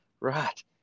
right